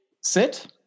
Sit